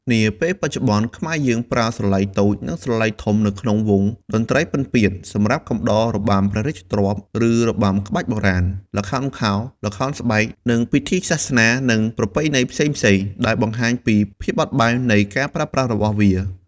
នាពេលបច្ចុប្បន្ន ខ្មែរយើងប្រើស្រឡៃតូច និងស្រឡៃធំ នៅក្នុងវង់តន្ត្រីពិណពាទ្យ សម្រាប់កំដររបាំព្រះរាជទ្រព្យ ឬរបាំក្បាច់បុរាណ ល្ខោនខោល ល្ខោនស្បែក និងពិធីសាសនា និងប្រពៃណីផ្សេងៗ ដែលបង្ហាញពីភាពបត់បែននៃការប្រើប្រាស់របស់វា។